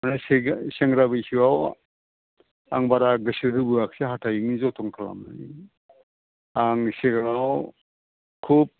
सेंग्रा बैसोआव आं बारा गोसो होबोयाखैसै हाथाइनि जोथोन खालामनो आं सिगाङाव खुब